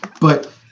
but-